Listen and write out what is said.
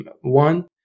one